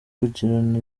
kugirana